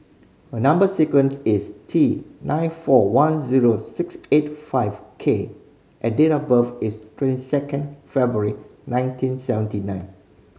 a number sequence is T nine four one zero six eight five K and date of birth is twenty second February nineteen seventy nine